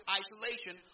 isolation